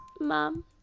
Mom